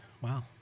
Wow